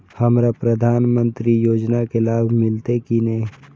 हमरा प्रधानमंत्री योजना के लाभ मिलते की ने?